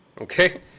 okay